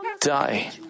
die